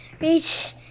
reach